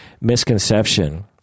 misconception